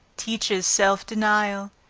teaches self-denial,